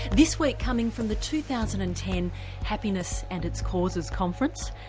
this week coming from the two thousand and ten happiness and its causes conference.